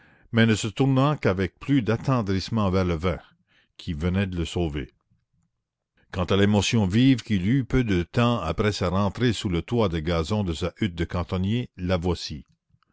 mais ne se tournant qu'avec plus d'attendrissement vers le vin qui venait de le sauver quant à l'émotion vive qu'il eut peu de temps après sa rentrée sous le toit de gazon de sa hutte de cantonnier la voici